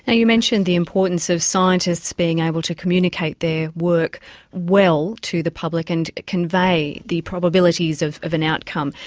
ah you mentioned the importance of scientists being able to communicate their work well to the public and convey the probabilities of of an outcome.